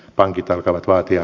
pankit alkavat vaatia